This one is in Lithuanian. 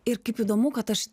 ir kaip įdomu kad aš